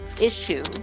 issue